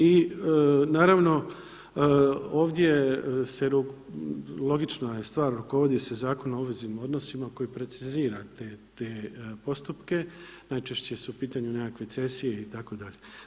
I naravno ovdje se, logična je stvar, rukovodi se Zakonom o obveznim odnosima koji precizira te postupke, najčešće su u pitanju nekakve cesije itd.